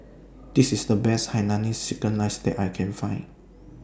This IS The Best Hainanese Chicken Rice that I Can Find